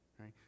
right